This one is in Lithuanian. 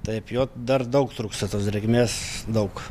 taip jog dar daug trūksta tos drėgmės daug